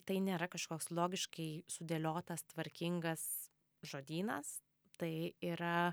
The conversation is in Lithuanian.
tai nėra kažkoks logiškai sudėliotas tvarkingas žodynas tai yra